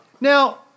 Now